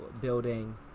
building